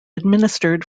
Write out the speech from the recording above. administered